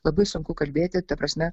labai sunku kalbėti ta prasme